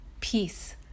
Peace